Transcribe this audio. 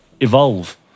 evolve